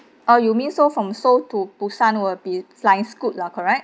oh you mean so from seoul to busan we'll be flying scoot lah correct